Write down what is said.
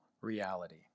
reality